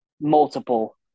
multiple